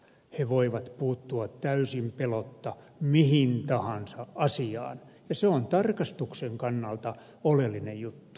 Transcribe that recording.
he voivat puuttua täysin pelotta mihin tahansa asiaan ja se on tarkastuksen kannalta oleellinen juttu